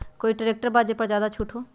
कोइ ट्रैक्टर बा जे पर ज्यादा छूट हो?